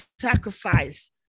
sacrifice